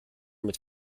mit